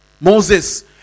Moses